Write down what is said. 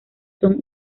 son